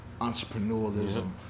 entrepreneurialism